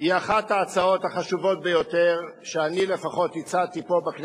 באמת ובתמים יש הרבה דברים שהקואליציה לא